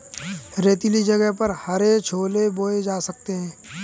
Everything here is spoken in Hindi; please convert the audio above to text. रेतीले जगह पर हरे छोले बोए जा सकते हैं